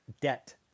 debt